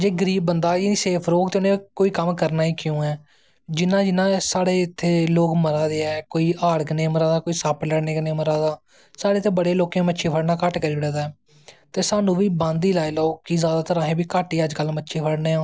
जे गरीब बंदा नी सेफ रौह्ग ते उनैं कोई कम्म करनां गै की ऐ जियां जियां साढ़े इत्तें लोग मता दे ऐं कोई हाड़ कन्नैं मरा दा कोई सप्प लड़नें कन्नैं मरा दा साढ़े इत्तोें बड़ैं कोलां मच्छी फड़नां घट्ट करी ओड़े दा ते साह्नू बी बंद गै लाई लैओ जादातर अस बी घट्ट ही मच्छी फड़ने आं